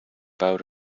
bowed